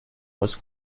was